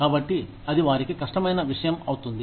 కాబట్టి అది వారికి కష్టమైన విషయం అవుతుంది